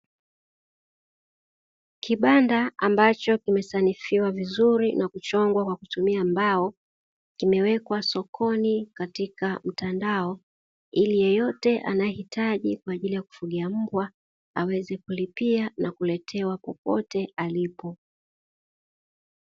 Kibanda ambacho kimesanifiwa vizuri na kuchongwa kwa kutumia mbao, kimewekwa sokoni katika utandao ili yeyote anayehitaji kwaajili ya kufugia mbwa aweze kulipia na kuletewa popote alipo.